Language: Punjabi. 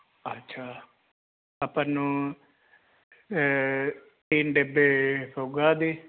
ਅੱਛਾ ਆਪਾ ਨੂੰ ਤੀਨ ਡੱਬੇ ਫੁੱਗਾ ਦੀ